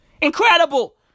Incredible